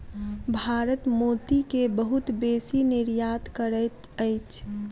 भारत मोती के बहुत बेसी निर्यात करैत अछि